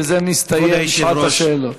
בזה מסתיימת שעת השאלות.